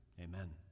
Amen